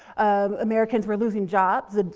ah americans were losing jobs. and